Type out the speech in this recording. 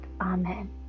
Amen